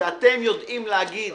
שאתם יודעים להגיד